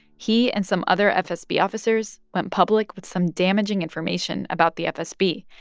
he and some other fsb officers went public with some damaging information about the fsb,